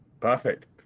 Perfect